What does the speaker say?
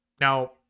Now